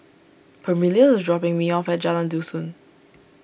Permelia is dropping me off at Jalan Dusun